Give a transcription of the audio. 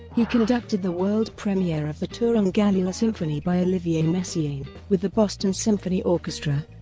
he conducted the world premiere of the turangalila-symphonie by olivier messiaen, with the boston symphony orchestra.